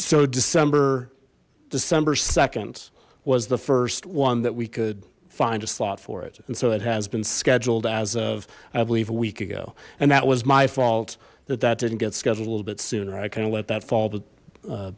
so december december nd was the first one that we could find a slot for it and so it has been scheduled as of i believe a week ago and that was my fault that that didn't get scheduled a little bit sooner i kind of let that fall